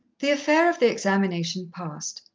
the affair of the examination passed,